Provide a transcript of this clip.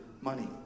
money